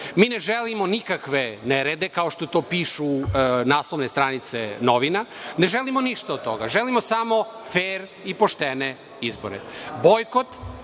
mi ne želimo nikakve nerede, kao što to pišu naslovne stranice novina. Ne želimo ništa od toga. Želimo samo fer i poštene izbore.